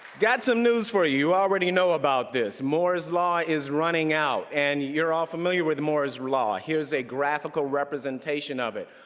got some news for you, you already know about this. moore's law is running out, and you're all familiar with moore's law. here's a graphical representation of it.